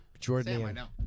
Jordanian